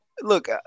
look